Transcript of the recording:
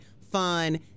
fun